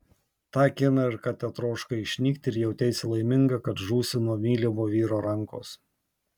tą akimirką tetroškai išnykti ir jauteisi laiminga kad žūsi nuo mylimo vyro rankos